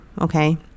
Okay